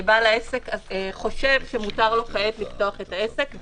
בעל העסק חושב שמותר לו כעת לפתוח את העסק,